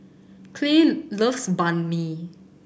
Clay loves Banh Mi